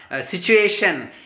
situation